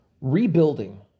Rebuilding